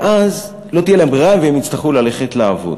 ואז לא תהיה להם ברירה והם יצטרכו ללכת לעבוד.